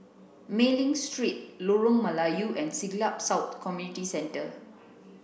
Mei Ling Street Lorong Melayu and Siglap South Community Centre